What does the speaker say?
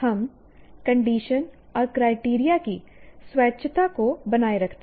हम "कंडीशन" और "क्राइटेरिया की स्वैच्छिता को बनाए रखते हैं